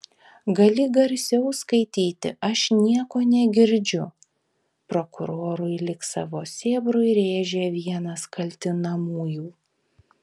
gali garsiau skaityti aš nieko negirdžiu prokurorui lyg savo sėbrui rėžė vienas kaltinamųjų